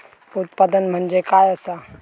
उत्पादन म्हणजे काय असा?